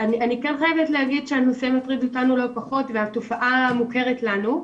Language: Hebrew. אני כן חייבת להגיד שהנושא מטריד אותנו לא פחות והתופעה מוכרת לנו,